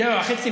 היה מאוחר.